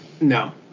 No